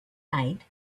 night